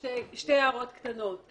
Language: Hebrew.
יש לי שתי הערות קטנות.